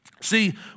See